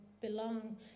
belong